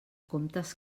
comptes